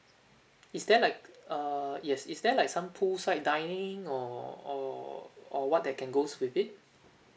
is there like err yes is there like some poolside dining or or or what that can goes with it